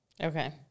okay